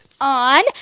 on